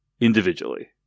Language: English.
individually